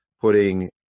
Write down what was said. putting –